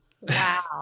Wow